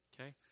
okay